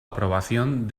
aprobación